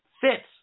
fits